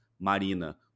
Marina